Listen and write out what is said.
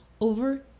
over